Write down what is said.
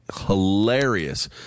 hilarious